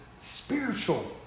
spiritual